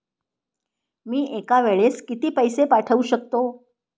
मी एका वेळेस किती पैसे पाठवू शकतो?